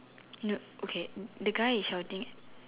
no okay the guy is shouting